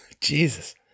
Jesus